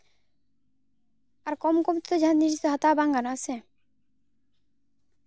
ᱟᱨ ᱠᱚᱢ ᱠᱚᱢᱛᱮ ᱡᱟᱦᱟᱱ ᱡᱤᱱᱤᱥ ᱜᱮ ᱦᱟᱛᱟᱣ ᱵᱟᱝ ᱜᱟᱱᱚᱜᱼᱟ ᱥᱮ